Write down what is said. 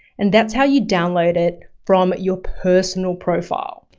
and that's how you download it from your personal profile.